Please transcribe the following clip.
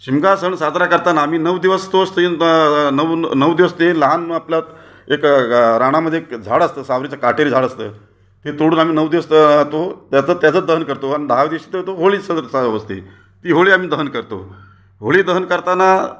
शिमगा सण साजरा करताना आम्ही नऊ दिवस तोच सेम नऊ न् नऊ दिवस ते लहान आपलं एक रानामध्ये एक झाड असतं सावरीचं काटेरी झाड असतं ते तोडून आम्ही नऊ दिवस तर तो त्याच त्याचंच दहन करतो आणि दहाव दिशी तर तो होळीच सण साजा होते ती होळी आम्ही दहन करतो होळी दहन करताना